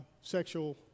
sexual